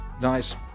nice